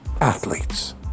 athletes